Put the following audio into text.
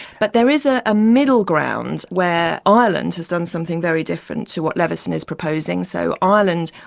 but there is a ah middle ground where ireland has done something very different to what leveson is proposing. so ireland,